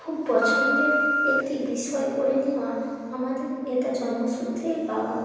খুব পছন্দের একটি বিষয় করে নেওয়া আমাদের এটা জন্মসূত্রেই পাওয়া